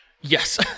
yes